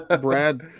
Brad